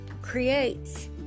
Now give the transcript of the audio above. creates